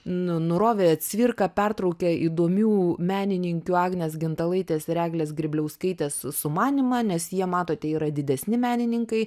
nu nurovė cvirką pertraukė įdomių menininkių agnės gintalaitės ir eglės grėbliauskaitės sumanymą nes jie matote yra didesni menininkai